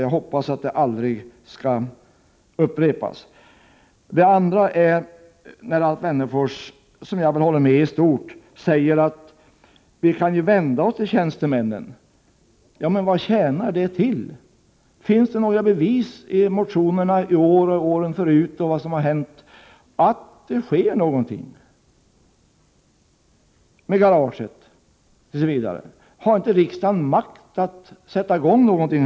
Jag hoppas att det aldrig skall upprepas. Alf Wennerfors, som jag väl håller med i stort, säger att vi kan vända oss till tjänstemännen. Ja, men vad tjänar det till? Finns det i motionerna i år och tidigare några bevis för att det sker någonting, t.ex. med garaget? Har inte riksdagen makt att sätta i gång någonting?